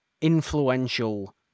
influential